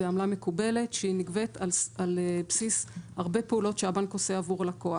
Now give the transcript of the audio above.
זו עמלה מקובלת שהיא נגבית על בסיס הרבה פעולות שהבנק עושה עבור הלקוח.